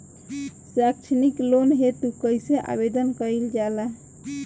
सैक्षणिक लोन हेतु कइसे आवेदन कइल जाला?